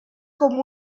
com